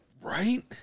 Right